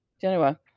Genoa